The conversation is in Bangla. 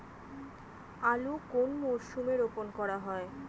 আলু কোন মরশুমে রোপণ করা হয়?